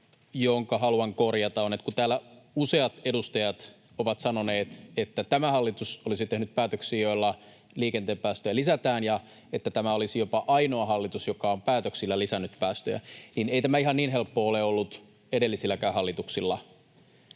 jonka haluan korjata, on se, että kun täällä useat edustajat ovat sanoneet, että tämä hallitus olisi tehnyt päätöksiä, joilla liikenteen päästöjä lisätään, ja että tämä olisi jopa ainoa hallitus, joka on päätöksillä lisännyt päästöjä, niin ei tämä ihan niin helppoa ole ollut edellisilläkään hallituksilla.